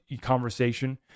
conversation